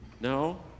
No